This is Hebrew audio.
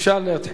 אפשר להתחיל.